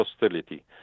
hostility